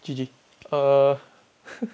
G_G uh